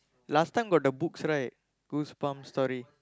last time got the books right goosebump story